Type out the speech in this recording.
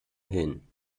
hin